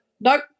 nope